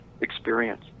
experience